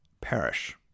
perish